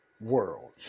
world